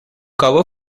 cover